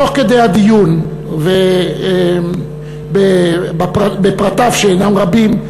תוך כדי הדיון בפרטיו שאינם רבים,